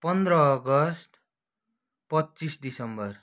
पन्ध्र अगस्ट पच्चिस डिसेम्बर